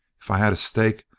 if i had a stake,